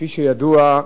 כפי שידוע,